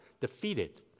defeated